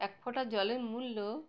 এক ফোঁটা জলের মূল্য